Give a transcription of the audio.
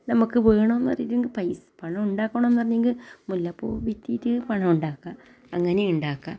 നമുക്ക് വേണോന്ന് പറഞ്ഞാൽ പൈസ പണം പണം ഉണ്ടാക്കണോന്ന് പറഞ്ഞാൽ മുല്ലപ്പൂ വിറ്റിറ്റ് പണം ഉണ്ടാക്കാം അങ്ങനെയിണ്ടാക്കാം